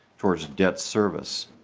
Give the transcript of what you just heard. towards debt service.